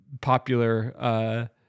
popular